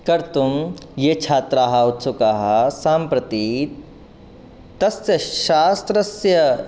कर्तुं ये छात्राः उत्सुकाः सम्प्रति तस्य शास्त्रस्य